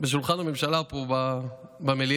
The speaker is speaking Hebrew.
בשולחן הממשלה פה, במליאה,